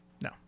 No